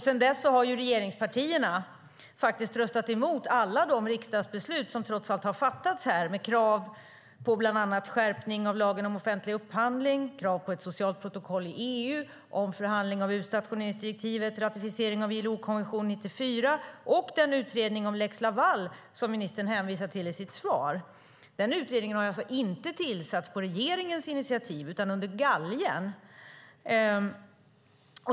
Sedan dess har regeringspartierna faktiskt röstat emot alla de förslag som vi trots allt har fattat beslut om här i riksdagen med krav på bland annat en skärpning av lagen om offentlig upphandling, krav på ett socialt protokoll i EU, krav på omförhandling av utstationeringsdirektivet, krav på ratificering av ILO-konvention 94 och krav på den utredning om lex Laval som ministern hänvisar till i sitt svar. Denna utredning har inte tillsatts på regeringens initiativ utan under galgen.